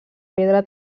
pedra